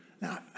Now